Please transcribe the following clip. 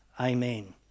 Amen